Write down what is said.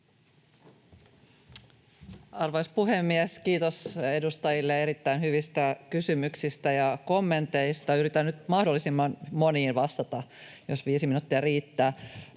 Arvoisa puhemies! Kiitos edustajille erittäin hyvistä kysymyksistä ja kommenteista. Yritän nyt mahdollisimman moniin vastata, jos viisi minuuttia riittää.